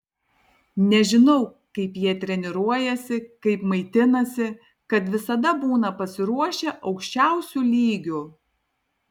nežinau kaip jie treniruojasi kaip maitinasi kad visada būna pasiruošę aukščiausiu lygiu